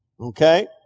Okay